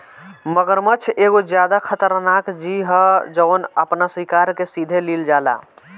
मगरमच्छ एगो ज्यादे खतरनाक जिऊ ह जवन आपना शिकार के सीधे लिल जाला